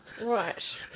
Right